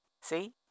See